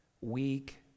weak